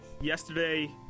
yesterday